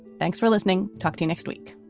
thanks for listening. talk to you next week